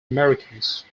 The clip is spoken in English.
americans